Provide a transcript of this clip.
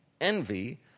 envy